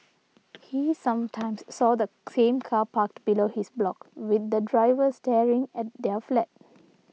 he sometimes saw the same car parked below his block with the driver staring at their flat